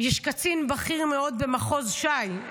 יש קצין בכיר מאוד במחוז ש"י,